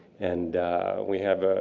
and we have ah